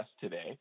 today